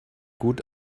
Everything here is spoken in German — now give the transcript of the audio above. gut